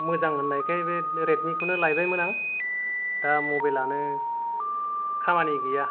मोजां होननायखाय बे रेदमि खौनो लायबायमोन आं दा मबाइलानो खामानि गैया